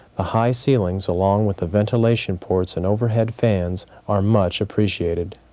the high ceilings along with the ventilation ports and overhead fans are much appreciated.